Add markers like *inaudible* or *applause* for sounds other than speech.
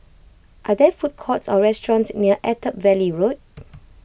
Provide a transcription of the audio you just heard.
are there food courts or restaurants near Attap Valley Road *noise*